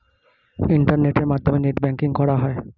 ইন্টারনেটের মাধ্যমে net banking করা হয়